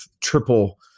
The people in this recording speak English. triple